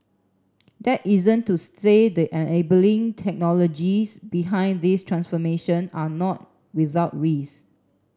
that isn't to say the enabling technologies behind this transformation are not without risk